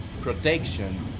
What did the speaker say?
protection